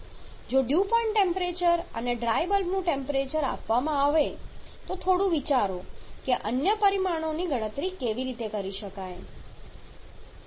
જો dew point temperature અને dry બલ્બનું ટેમ્પરેચર આપવામાં આવે તો થોડું વિચારો કે અન્ય પરિમાણોની ગણતરી કેવી રીતે કરી શકાય